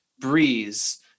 breeze